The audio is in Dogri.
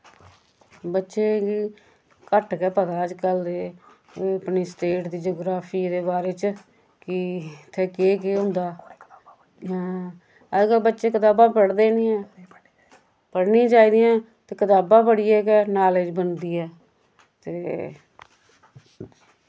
बच्चें गी घट्ट गै पता ऐ अजकल्ल दे अपनी स्टेट दी जोग्राफी दे बारे च कि इत्थै केह् केह् होंदा हां अजकल्ल बच्चे कताबां पढ़दे निं ऐं पढ़नी चाहिदियां ते कताबां पढ़ियै गै नालेज बनदी ऐ ते